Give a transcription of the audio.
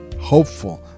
hopeful